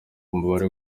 umubare